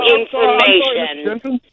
information